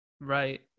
Right